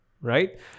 right